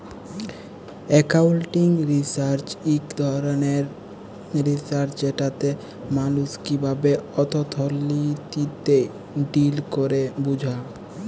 accounting research ইক ধরলের research যেটতে মালুস কিভাবে অথ্থলিতিতে ডিল ক্যরে বুঝা